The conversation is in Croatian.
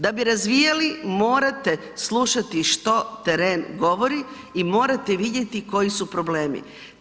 Da bi razvijali, morate slušati što teren govori i morate vidjeti koji su problemi.